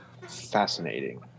Fascinating